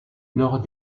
lors